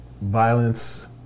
violence